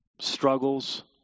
struggles